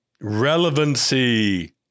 Relevancy